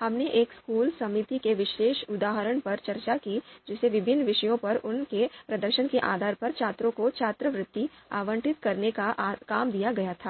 हमने एक स्कूल समिति के विशेष उदाहरण पर चर्चा की जिसे विभिन्न विषयों पर उनके प्रदर्शन के आधार पर छात्रों को छात्रवृत्ति आवंटित करने का काम दिया गया था